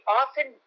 often